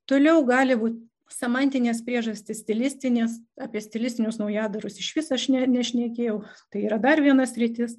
toliau gali būti semantinės priežastys stilistinės apie stilistinius naujadarus išvis aš ne nešnekėjau tai yra dar viena sritis